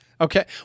Okay